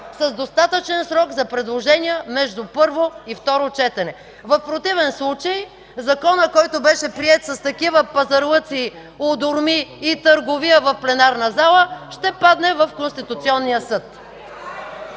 с достатъчен срок за предложения между първо и второ четене. В противен случай законът, който беше приет с такива пазарлъци, уйдурми и търговия в пленарната зала, ще падне в Конституционния съд.